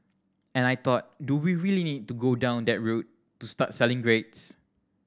and I thought do we really to go down their route to start selling grades